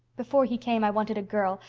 before he came i wanted a girl,